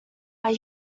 are